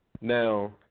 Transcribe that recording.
Now